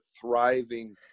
thriving